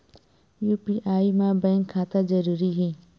UPI मा bank खाता जरूरी हे?